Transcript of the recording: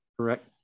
correct